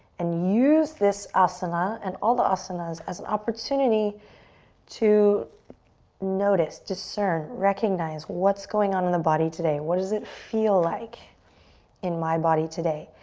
and use this asana, and all the asanas, an opportunity to notice, discern, recognize what's going on in the body today. what does it feel like in my body today?